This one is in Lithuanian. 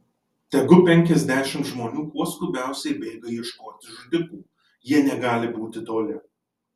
tegu penkiasdešimt žmonių kuo skubiausiai bėga ieškoti žudikų jie negali būti toli